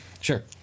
Sure